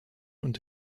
und